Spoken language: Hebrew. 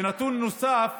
ונתון נוסף,